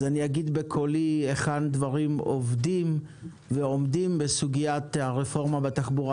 אז אגיד בקולי היכן דברים עובדים ועומדים בסוגיית הרפורמה בתחבורה